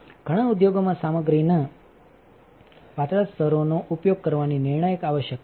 ઘણા ઉદ્યોગોમાં સામગ્રીના પાતળા સ્તરોનો ઉપયોગ કરવાની નિર્ણાયક આવશ્યકતા છે